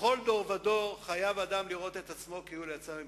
בכל דור ודור חייב אדם לראות את עצמו כאילו הוא יצא ממצרים.